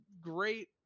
great